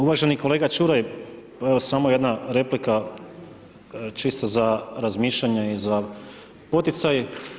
Uvaženi kolega Čuraj, samo jedna replika čisto za razmišljanje i za poticaj.